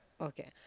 Okay